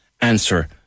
answer